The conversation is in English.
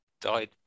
died